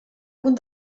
punt